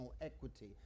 equity